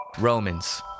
Romans